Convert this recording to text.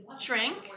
shrink